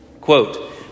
Quote